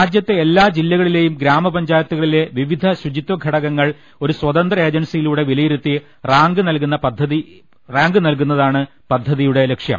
രാജ്യത്തെ എല്ലാ ജില്ലകളിലെയും ഗ്രാമ പഞ്ചായത്തുകളിലെ വിവിധ ശുചിത്വ ഘടകങ്ങൾ ഒരു സ്വതന്ത്ര ഏജൻസിയിലൂടെ വിലയിരുത്തി റാങ്ക് നൽകുന്നതാണ് പദ്ധതിയുടെ ലക്ഷ്യം